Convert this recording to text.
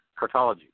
cartology